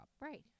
Right